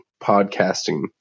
podcasting